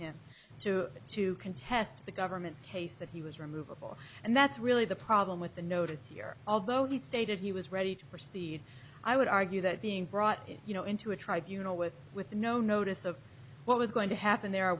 him to to contest the government's case that he was removable and that's really the problem with the notice here although he stated he was ready to proceed i would argue that being brought in you know into a tribe you know with with no notice of what was going to happen there or